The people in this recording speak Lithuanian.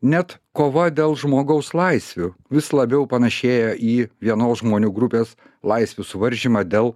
net kova dėl žmogaus laisvių vis labiau panašėja į vienos žmonių grupės laisvių suvaržymą dėl